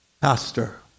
pastor